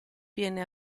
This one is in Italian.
viene